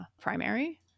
primary